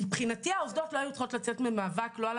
הם שליחים.